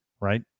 right